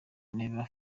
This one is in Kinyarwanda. never